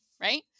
right